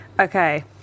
Okay